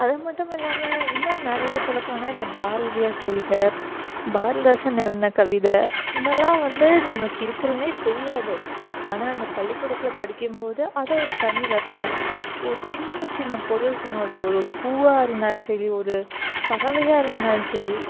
அதுமட்டும் இல்லாமல் இன்னும் நிறைய சொல்லப் போனால் இந்த பாரதியார் கவிதை பாரதிதாசன் எழுதின கவிதை இதெல்லாம் வந்து நம்மளுக்கு இருக்கிறதுனே தெரியாது ஆனால் அந்த பள்ளிக்கூடத்தில் படிக்கும்போது அதை ஒரு தனி ரசனை ஒரு சின்ன சின்ன பொருளுக்கும் கூட ஒரு பூவாக இருந்தாலும் சரி ஒரு பறவையாக இருந்தாலும் சரி